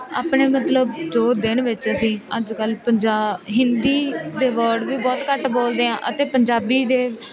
ਆਪਣੇ ਮਤਲਬ ਜੋ ਦਿਨ ਵਿੱਚ ਅਸੀਂ ਅੱਜ ਕੱਲ੍ਹ ਪੰਜਾ ਹਿੰਦੀ ਦੇ ਵਰਡ ਵੀ ਬਹੁਤ ਘੱਟ ਬੋਲਦੇ ਹਾਂ ਅਤੇ ਪੰਜਾਬੀ ਦੇ